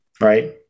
right